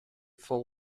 fall